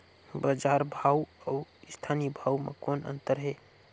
बजार भाव अउ स्थानीय भाव म कौन अन्तर हे?